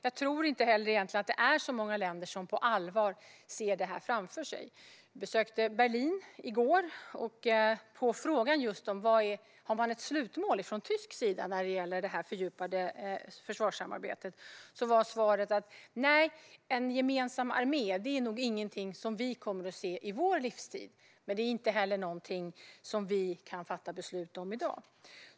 Jag tror egentligen inte att det är så många länder som på allvar ser detta framför sig. Jag besökte Berlin i går, och på frågan om man från tysk sida har ett slutmål när det gäller det fördjupade försvarssamarbetet gavs svaret: Nej, en gemensam armé är nog inget som vi kommer att se under vår livstid, men det är heller inte något som vi kan fatta beslut om i dag.